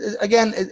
again